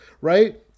right